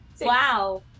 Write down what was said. Wow